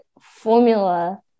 formula